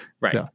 Right